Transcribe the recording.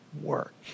work